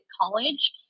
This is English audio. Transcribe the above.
college